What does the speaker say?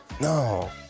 No